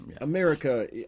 America